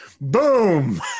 Boom